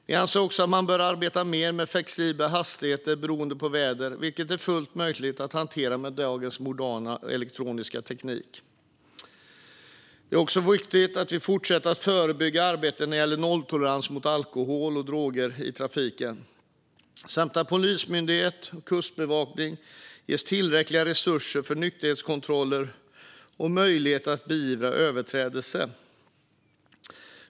Vi anser också att man bör arbeta mer med flexibla hastigheter beroende på väder, vilket är fullt möjligt med dagens moderna elektroniska teknik. Det är också viktigt att vi fortsätter med det förebyggande arbetet när det gäller nolltolerans mot alkohol och droger i trafiken samt att Polismyndigheten och Kustbevakningen ges tillräckliga resurser för nykterhetskontroller och möjlighet att beivra överträdelser.